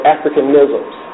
Africanisms